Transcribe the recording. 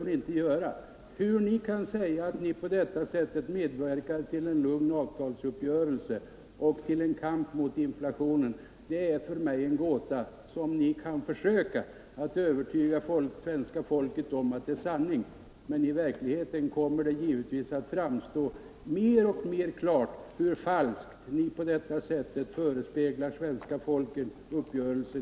Ni kan ju försöka övertyga svenska folket om att ni på detta sätt medverkar till en lugn avtalsuppgörelse och till en kamp mot inflationen För mig är det dock en gåta hur ni kan göra detta. I verkligheten kommer det givetvis att framstå mer och mer klart hur falskt ni framställer Hagauppgörelsen.